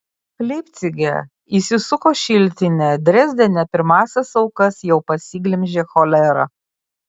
leipcige įsisuko šiltinė drezdene pirmąsias aukas jau pasiglemžė cholera